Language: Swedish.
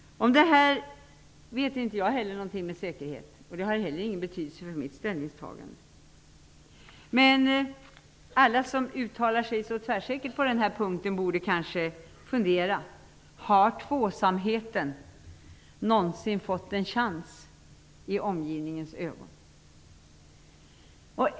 Om detta vet jag inte något med säkerhet. Det har inte heller någon betydelse för mitt ställningstagande. Alla som uttalar sig så tvärsäkert på den här punkten, borde kanske fundera över om tvåsamheten någonsin har fått en chans i omgivningens ögon.